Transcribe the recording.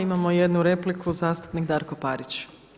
Imamo jednu repliku zastupnik Darko Parić.